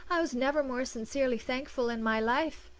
i was never more sincerely thankful in my life.